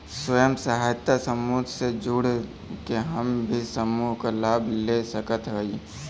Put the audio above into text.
स्वयं सहायता समूह से जुड़ के हम भी समूह क लाभ ले सकत हई?